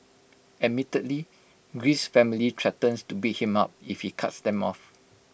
admittedly Greece's family threatens to beat him up if he cuts them off